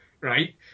right